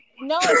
No